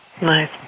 Nice